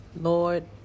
Lord